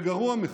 וגרוע מכך,